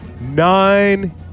Nine